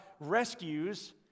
Rescues